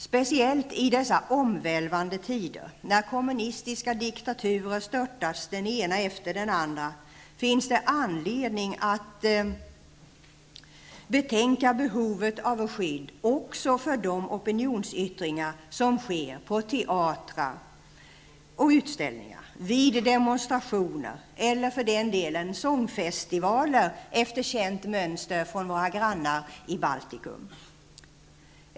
Speciellt i dessa omvälvande tider när kommunistiska diktaturer störtas den ena efter den andra, finns det anledning att betänka behovet av skydd också för de opinionsyttringar som sker på teatrar och utställningar, vid demonstrationer, eller för den delen vid sångfestivaler efter känt mönster från våra grannar i Baltikum.